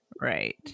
Right